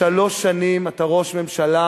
שלוש שנים אתה ראש ממשלה.